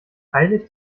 heiligt